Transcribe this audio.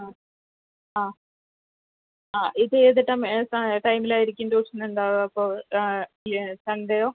ആ ആ ആ ഇത് ഏത് ടൈം ഏത് എത്ര ടൈമിൽ ആയിരിക്കും ട്യൂഷൻ ഉണ്ടാവുക അപ്പോൾ ആ സൺഡെയോ